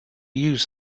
use